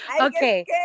Okay